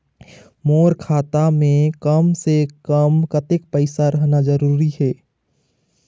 मोर खाता मे कम से से कम कतेक पैसा रहना जरूरी हे?